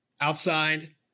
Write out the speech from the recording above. outside